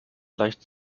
leicht